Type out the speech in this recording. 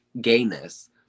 gayness